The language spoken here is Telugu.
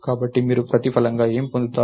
కాబట్టి మీరు ప్రతిఫలంగా ఏమి పొందుతారు